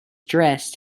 dressed